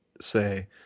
say